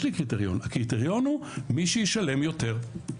יש לי קריטריון, הקריטריון הוא מי שישלם יותר.